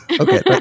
Okay